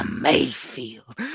Mayfield